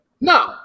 No